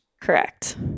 Correct